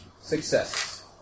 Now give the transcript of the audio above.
success